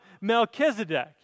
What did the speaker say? Melchizedek